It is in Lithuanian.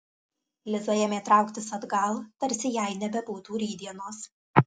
liza ėmė trauktis atgal tarsi jai nebebūtų rytdienos